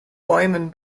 bäumen